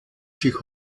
sich